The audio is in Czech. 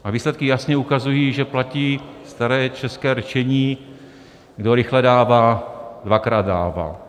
A výsledky jasně ukazují, že platí staré české rčení: kdo rychle dává, dvakrát dává.